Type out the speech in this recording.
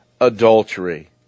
adultery